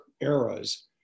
eras